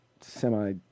semi-